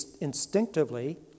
instinctively